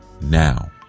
now